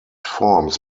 forms